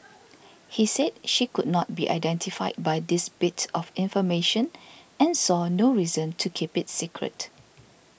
he said she could not be identified by this bit of information and saw no reason to keep it secret